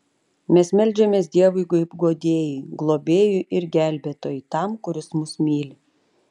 mes meldžiamės dievui kaip guodėjui globėjui ir gelbėtojui tam kuris mus myli